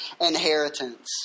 inheritance